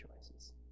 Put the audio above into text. choices